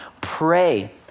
pray